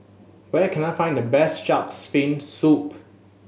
where can I find the best Shark's Fin Soup